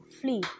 flee